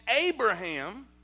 Abraham